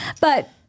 But-